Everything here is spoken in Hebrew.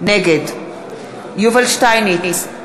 נגד יובל שטייניץ,